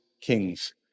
kings